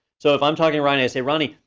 so if i'm talking to ronnie, i say, ronnie,